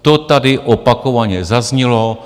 To tady opakovaně zaznělo.